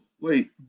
Wait